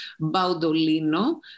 Baudolino